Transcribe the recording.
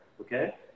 okay